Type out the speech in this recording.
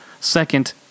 Second